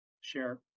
share